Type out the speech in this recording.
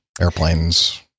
airplanes